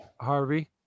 Harvey